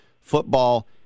football